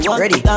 ready